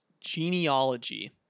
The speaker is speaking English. genealogy